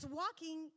walking